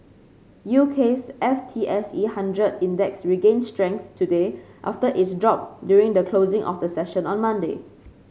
U K's F T S E hundred Index regained strength today after its drop during the closing of the session on Monday